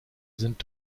sind